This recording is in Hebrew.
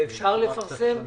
ואפשר לפרסם?